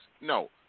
No